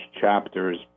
chapters